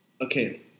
okay